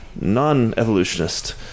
non-evolutionist